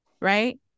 right